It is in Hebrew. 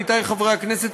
עמיתי חברי הכנסת,